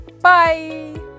Bye